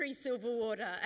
Silverwater